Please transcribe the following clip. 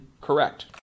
correct